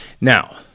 Now